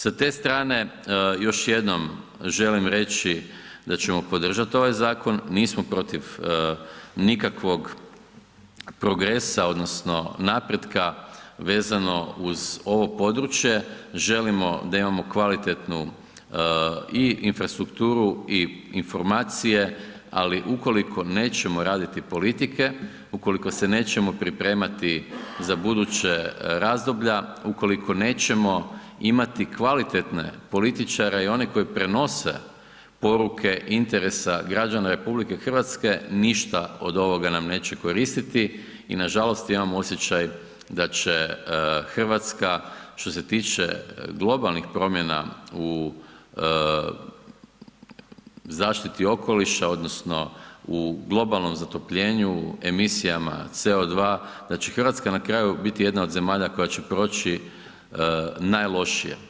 Sa te strane još jednom želim reći da ćemo podržati ovaj zakon, nismo protiv nikakvog progresa odnosno napretka vezano uz ovo područje, želimo da imamo kvalitetnu i infrastrukturu i informacije, ali ukoliko nećemo raditi politike, ukoliko se nećemo pripremati za buduća razdoblja, ukoliko nećemo imati kvalitetne političare i one koji prenose poruke interesa građana RH, ništa od ovoga nam neće koristiti i nažalost imam osjećaj da će Hrvatska što se tiče globalnih promjena u zaštiti okoliša odnosno u globalnom zatopljenju emisijama CO2 da će Hrvatska na kraju biti jedna od zemalja koja će proći najlošije.